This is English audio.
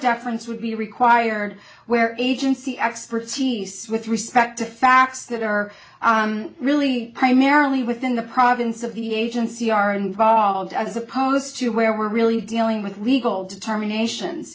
deference would be required where agency expertise with respect to facts that are really primarily within the province of the agency are involved as opposed to where we're really dealing with legal determination